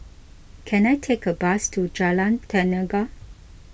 can I take a bus to Jalan Tenaga